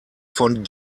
von